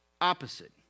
opposite